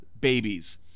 babies